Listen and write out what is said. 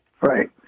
Right